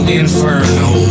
inferno